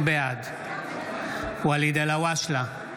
בעד ואליד אלהואשלה,